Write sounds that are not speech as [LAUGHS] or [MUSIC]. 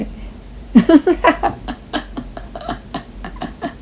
[LAUGHS]